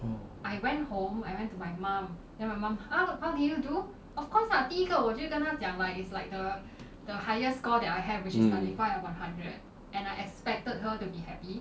mm